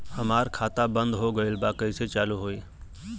हमार खाता बंद हो गईल बा कैसे चालू होई?